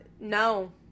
no